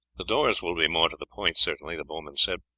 the doors will be more to the point, certainly, the bowman said.